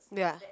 ya